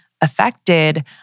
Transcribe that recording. affected